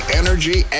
energy